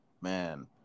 Man